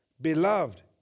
Beloved